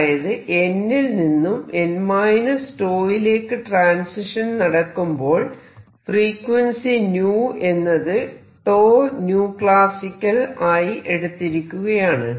അതായത് n ൽ നിന്നും n τ യിലേക്ക് ട്രാൻസിഷൻ നടക്കുമ്പോൾ ഫ്രീക്വൻസി 𝞶 എന്നത് classical ആയി എടുത്തിരിക്കുകയാണ്